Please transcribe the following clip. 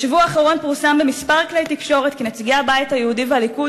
בשבוע האחרון פורסם בכמה כלי תקשורת כי נציגי הבית היהודי והליכוד